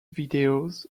videos